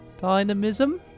dynamism